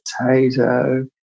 potato